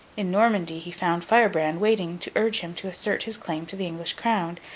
in normandy, he found firebrand waiting to urge him to assert his claim to the english crown,